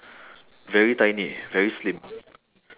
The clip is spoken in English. very tiny very slim